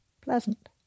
pleasant